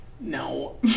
No